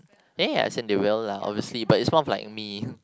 there as in they will lah obviously but it's more of like me